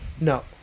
No